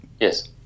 Yes